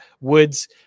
Woods